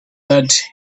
that